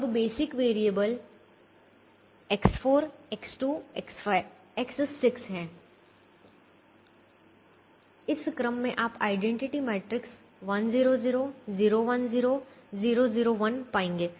अब basic variable X4 X2 X6 हैं इस क्रम में आप आईडेंटिटी मैट्रिक्स 1 0 0 0 1 0 और 0 0 1 पाएंगे